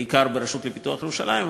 בעיקר הרשות לפיתוח ירושלים,